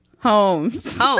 Homes